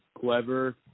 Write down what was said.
clever